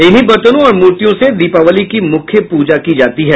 इन्हीं बर्तनों और मूर्तियों से दीपावली की मुख्य पूजा की जाती है